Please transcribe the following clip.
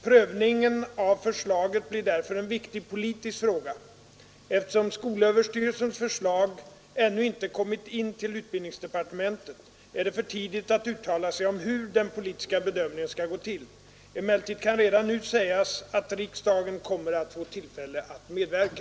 Prövningen av förslaget blir därför en viktig politisk fråga. Eftersom skolöverstyrelsens förslag ännu inte kommit in till utbildningsdepartementet, är det för tidigt att uttala sig om hur den politiska bedömningen skall gå till. Emellertid kan redan nu sägas att riksdagen kommer att få tillfälle att medverka.